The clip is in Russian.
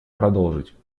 продолжить